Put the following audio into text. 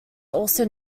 also